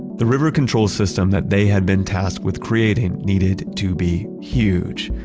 the river control system that they had been tasked with creating needed to be huge,